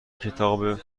کتاب